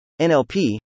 NLP